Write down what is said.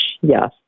yes